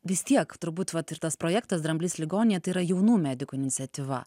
vis tiek turbūt vat ir tas projektas dramblys ligoninėj tai yra jaunų medikų iniciatyva